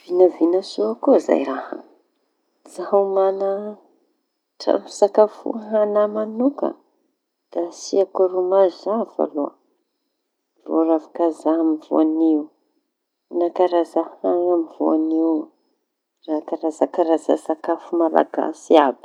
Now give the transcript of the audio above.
Viña viña soa koa zay raha. Zaho maña traño fisakafoaña añahy mañokana da asïako ro mazava, vao ravi-kaja amin'ny voanio na karaza hañi amin'ny voanio.